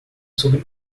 sobre